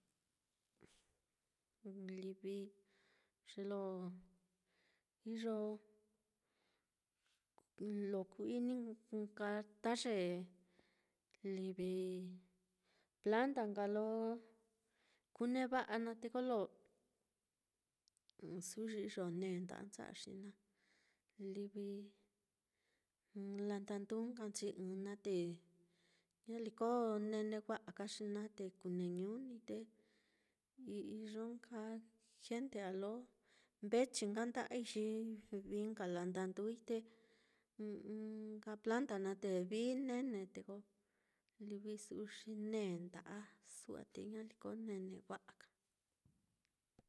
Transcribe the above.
Livi ye lo iyo lo ku-ini nka ta ye livi ta ye planta nka lo kuneva'a naá, te kolo su'u xi iyo ne nda'ancha'a, xi na livi na landanduu nkanchi ɨ́ɨ́n naá te, ñaliko ko nene wa'a ka xi naá te kuu neñu ni te, iyo nka gente á lo mbechi nka nda'a xi vií nka landaduui, te ɨ́ɨ́n planta naá te vií nene, te ko su'u xi ne nda'asu á, te ñaliko nene wa'a ka.